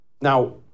now